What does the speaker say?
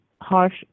harsh